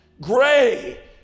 gray